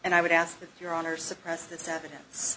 and i would ask your honor suppress this evidence